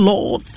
Lord